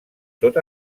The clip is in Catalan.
tot